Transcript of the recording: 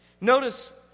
Notice